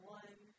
one